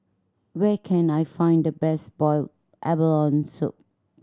where can I find the best boiled abalone soup